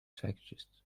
psychiatrist